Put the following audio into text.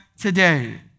today